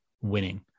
Winning